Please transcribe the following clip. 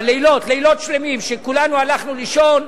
בלילות, לילות שלמים, כשכולנו הלכנו לישון,